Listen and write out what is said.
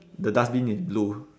the dustbin is blue